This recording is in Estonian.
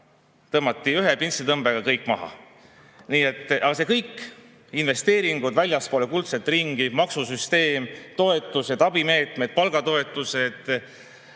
tõmmati ühe pintslitõmbega kõik maha. Aga see kõik – investeeringud väljaspool kuldset ringi, maksusüsteem, toetused, abimeetmed, palgatoetused,